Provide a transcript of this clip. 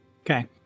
Okay